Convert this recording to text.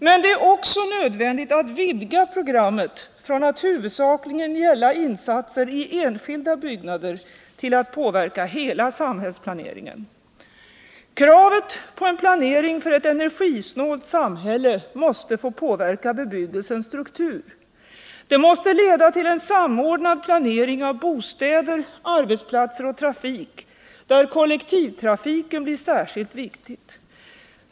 Men det är också nödvändigt att vidga programmet från att huvudsakligen gälla insatser i enskilda byggnader till att påverka hela samhällsplaneringen. Kravet på en planering för ett energisnålt samhälle måste få påverka bebyggelsens struktur. Det måste leda till en samordnad planering av bostäder, arbetsplatser och trafik, där kollektivtrafiken blir särskilt viktig.